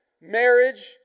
marriage